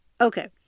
Okay